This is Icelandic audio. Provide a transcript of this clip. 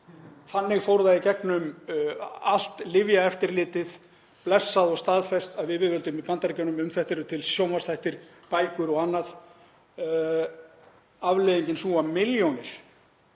Þannig fór það í gegnum allt lyfjaeftirlitið, blessað og staðfest af yfirvöldum í Bandaríkjunum. Um þetta eru til sjónvarpsþættir, bækur og annað. Afleiðingin er sú að milljónir